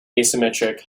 asymmetric